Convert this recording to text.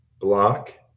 block